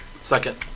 Second